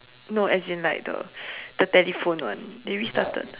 no as in like the the telephone [one] they restarted